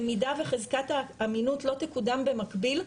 במידה וחזקת האמינות לא תקודם במקביל,